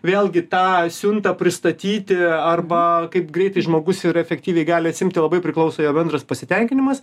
vėlgi tą siuntą pristatyti arba kaip greitai žmogus ir efektyviai gali atsiimti labai priklauso jo bendras pasitenkinimas